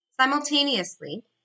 simultaneously